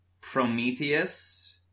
Prometheus